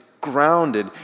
grounded